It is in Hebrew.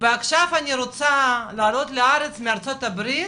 ועכשיו אני רוצה לעלות לארץ מארה"ב,